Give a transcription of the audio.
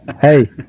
Hey